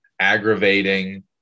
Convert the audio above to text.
aggravating